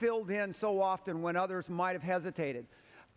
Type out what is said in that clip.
filled in so often when others might have hesitated